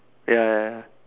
ya ya